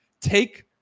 Take